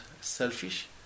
selfish